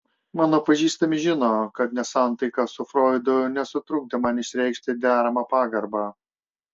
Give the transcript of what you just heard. mano pažįstami žino kad nesantaika su froidu nesutrukdė man išreikšti deramą pagarbą